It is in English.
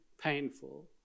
painful